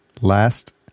last